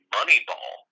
Moneyball